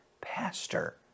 pastor